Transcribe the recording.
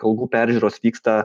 algų peržiūros vyksta